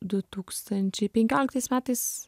du tūkstančiai penkioliktais metais